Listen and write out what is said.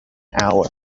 hour